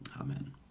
Amen